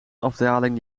afdaling